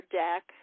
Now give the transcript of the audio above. deck